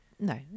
no